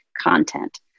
content